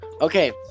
okay